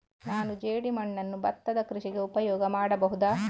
ನಾನು ಜೇಡಿಮಣ್ಣನ್ನು ಭತ್ತದ ಕೃಷಿಗೆ ಉಪಯೋಗ ಮಾಡಬಹುದಾ?